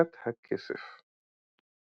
וסליקת הכסף.